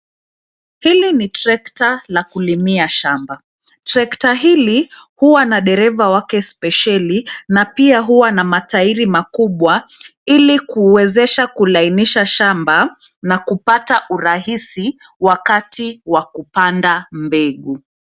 Hili ni trekta la kulimia shamba. Trekta hili huwa na dereva wake spesheli na pia huwa na matairi makubwa ili kuwezesha kulainisha shamba na kupata urahisi wakati wakupanda mbegu.